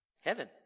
heaven